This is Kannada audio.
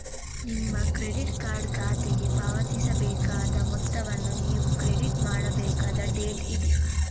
ನಿಮ್ಮ ಕ್ರೆಡಿಟ್ ಕಾರ್ಡ್ ಖಾತೆಗೆ ಪಾವತಿಸಬೇಕಾದ ಮೊತ್ತವನ್ನು ನೀವು ಕ್ರೆಡಿಟ್ ಮಾಡಬೇಕಾದ ಡೇಟ್ ಇದು